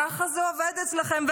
ככה זה עובד אצלכם.